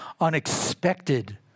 unexpected